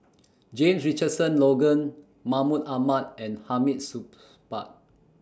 James Richardson Logan Mahmud Ahmad and Hamid Supaat